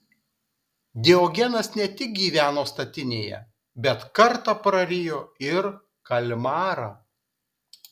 diogenas ne tik gyveno statinėje bet kartą prarijo ir kalmarą